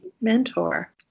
mentor